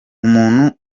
umuntu